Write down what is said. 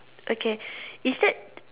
okay is that